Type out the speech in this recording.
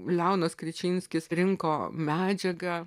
leonas krečinskis rinko medžiagą